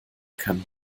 kann